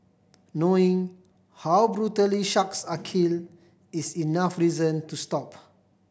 knowing how brutally sharks are killed is enough reason to stop